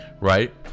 right